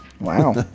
Wow